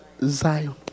Zion